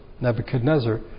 Nebuchadnezzar